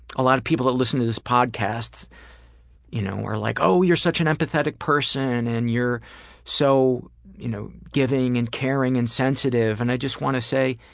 a lot of people that listen to this podcast you know are like, oh, you're such an empathetic person, and you're so you know giving and caring and sensitive, and i just want to say,